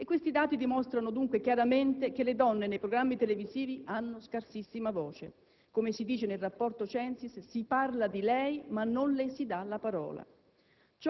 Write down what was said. dunque, dimostrano chiaramente che le donne nei programmi televisivi hanno scarsissima voce. Come si dice nel rapporto CENSIS, «si parla di lei, ma non le si dà la parola».